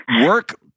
work